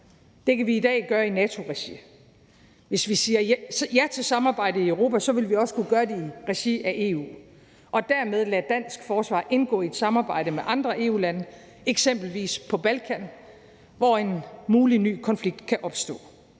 Det kan vi i dag gøre i NATO-regi. Hvis vi siger ja til samarbejdet i Europa, vil vi også kunne gøre det i regi af EU og derved lade dansk forsvar indgå i et samarbejde med andre EU-lande på eksempelvis Balkan, hvor en mulig ny konflikt kan opstå.